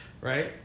Right